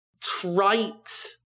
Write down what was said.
trite